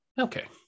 Okay